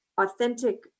authentic